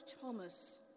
Thomas